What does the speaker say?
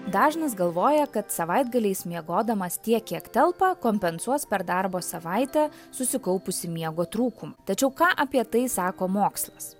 dažnas galvoja kad savaitgaliais miegodamas tiek kiek telpa kompensuos per darbo savaitę susikaupusį miego trūkumą tačiau ką apie tai sako mokslas